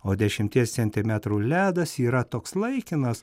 o dešimties centimetrų ledas yra toks laikinas